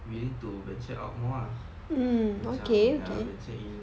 willing to venture out more lah macam venture in